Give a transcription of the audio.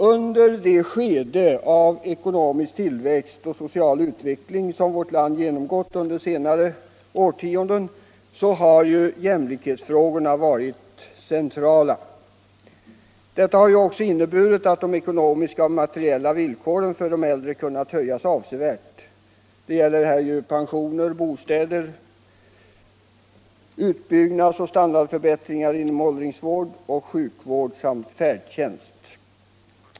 Under det skede av ekonomisk tillväxt och social utveckling som vårt land genomgått under senare årtionden har jämlikhetsfrågorna varit centrala. Detta har också inneburit att de ekonomiska och materiella villkoren för de äldre kunnat höjas avsevärt. Det gäller bl.a. pensioner, bostäder, utbyggnadsoch standardförbättringar inom åldringsvård och sjukvård samt färdtjänst.